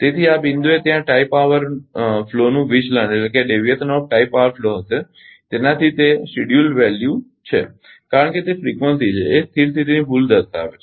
તેથી આ બિંદુએ ત્યાં ટાઇ પાવર ફ્લોનું વિચલન હશે તેનાથી તે નિર્ધારિત મૂલ્યશિડ્યુલ્ડ વેલ્યુ છે કારણ કે તે ફ્રીકવંસી છે એ સ્થિર સ્થિતીની ભૂલ દર્શાવે છે